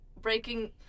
Breaking